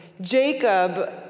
Jacob